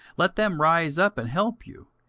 let them rise up and help you,